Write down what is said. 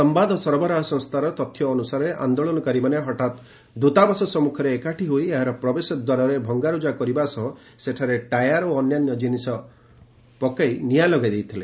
ସମ୍ବାଦ ସରବରାହ ସଂସ୍ଥାର ତଥ୍ୟ ଅନୁସାରେ ଆନ୍ଦୋଳନକାରୀମାନେ ହଠାତ୍ ଦୂତାବାସ ସମ୍ମୁଖରେ ଏକାଠି ହୋଇ ଏହାର ପ୍ରବେଶଦ୍ୱାରରେ ଭଙ୍ଗାରୁଜା କରିବା ସହ ସେଠାରେ ଟାୟାର ଓ ଅନ୍ୟାନ୍ୟ ଜିନିଷ ପକାଇ ସେଥିରେ ନିଆଁ ଲଗାଇ ଦେଇଥିଲେ